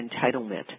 entitlement